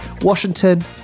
Washington